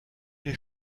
les